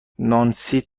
نانسی